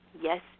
Yes